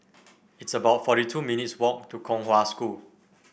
it's about forty two minutes' walk to Kong Hwa School